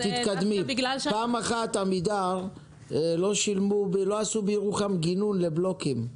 פעם אחת עמידר לא שילמו ולא עשו בירוחם גינון לבלוקים,